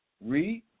Read